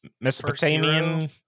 Mesopotamian